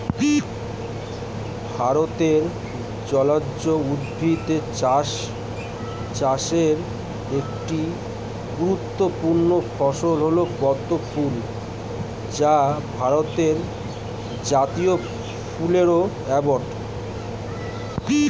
ভারতে জলজ উদ্ভিদ চাষের একটি গুরুত্বপূর্ণ ফসল হল পদ্ম ফুল যা ভারতের জাতীয় ফুলও বটে